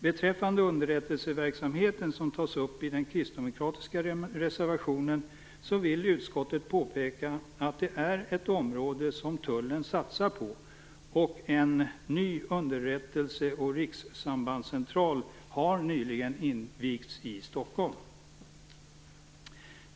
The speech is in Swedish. Beträffande underrättelseverksamheten, som tas upp i den kristdemokratiska reservationen, vill utskottet påpeka att det är ett område som tullen satsar på och att en ny underrättelse och rikssambandscentral nyligen har invigts i Stockholm.